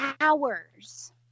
hours